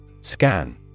Scan